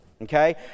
okay